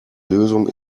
lösung